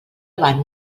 van